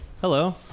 Hello